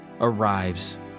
arrives